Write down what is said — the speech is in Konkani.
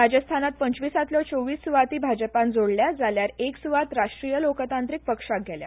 राजस्थानांत पंचविसांतल्यो चोवीस सुवाती भाजपान जोडल्यात जाल्यार एक सुवात राष्ट्रीय लोकतांत्रीक पक्षाक गेल्या